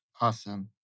Awesome